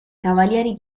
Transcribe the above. cavalieri